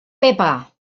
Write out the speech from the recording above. pepa